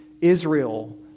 Israel